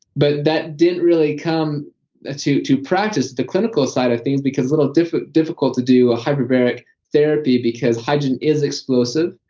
but that didn't really come ah to to practice at the clinical side of things, because little difficult difficult to do hyperbaric therapy, because hydrogen is exclusive,